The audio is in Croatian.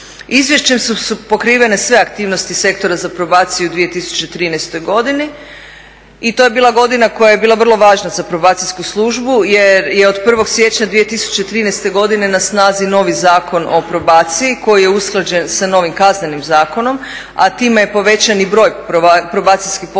Izvješćem su pokrivene sve aktivnosti Sektora za probaciju u 2013. godini i to je bila godina koja je bila vrlo važna za Probacijsku službu jer je od 1. siječnja 2013. godine na snazi novi Zakon o probaciji koji je usklađen sa novim Kaznenim zakonom, a time je povećan i broj probacijskih poslova